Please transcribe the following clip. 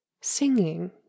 Singing